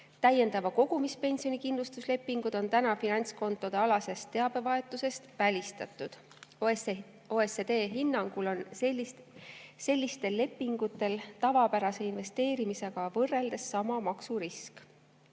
Täiendava kogumispensioni kindlustuslepingud on praegu finantskontodealasest teabevahetusest välistatud. OECD hinnangul on sellistel lepingutel tavapärase investeerimisega võrreldes sama maksurisk.